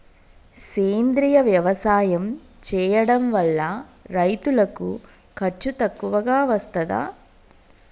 సేంద్రీయ వ్యవసాయం చేయడం వల్ల రైతులకు ఖర్చు తక్కువగా వస్తదా?